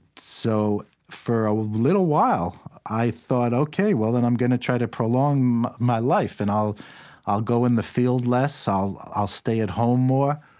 so for a little while i thought, ok, well then, i'm going to try to prolong my life, and i'll i'll go in the field less. i'll stay at home more.